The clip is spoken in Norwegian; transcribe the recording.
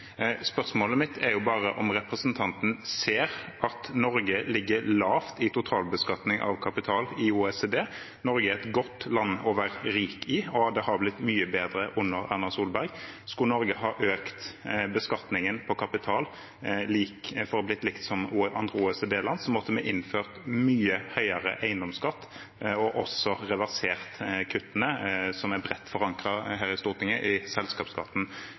Spørsmålet mitt er bare om representanten ser at Norge ligger lavt i totalbeskatning av kapital i OECD. Norge er et godt land å være rik i, og det har blitt mye bedre under Erna Solberg. Skulle Norge ha økt beskatningen på kapital for at det skulle bli likt som i andre OECD-land, måtte vi innført mye høyere eiendomsskatt og også reversert kuttene, som er bredt forankret her i Stortinget, i selskapsskatten